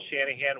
Shanahan